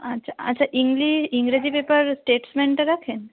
আচ্ছা আচ্ছা ইংলিশ ইংরাজি পেপার স্টেটসম্যানটা রাখেন